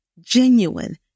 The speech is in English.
genuine